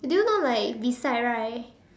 do you know like beside right